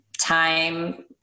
time